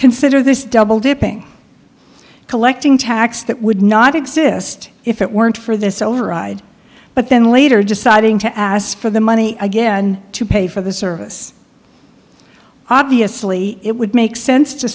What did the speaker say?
consider this double dipping collecting tax that would not exist if it weren't for this override but then later deciding to ask for the money again to pay for the service obviously it would make sense to